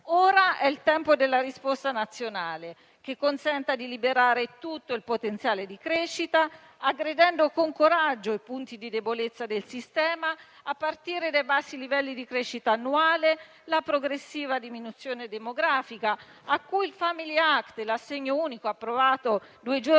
Ora è il tempo della risposta nazionale che consenta di liberare tutto il potenziale di crescita, aggredendo con coraggio i punti di debolezza del sistema a partire dai bassi livelli di crescita annuale, la progressiva diminuzione demografica a cui il *family act* e l'assegno unico, approvato due giorni